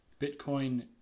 Bitcoin